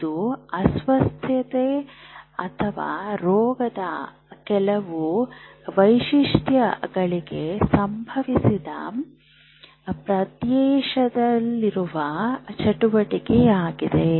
ಇದು ಅಸ್ವಸ್ಥತೆ ಅಥವಾ ರೋಗದ ಕೆಲವು ವೈಶಿಷ್ಟ್ಯಗಳಿಗೆ ಸಂಬಂಧಿಸಿದ ಪ್ರದೇಶದಲ್ಲಿನ ಚಟುವಟಿಕೆಯಾಗಿದೆ